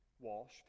walsh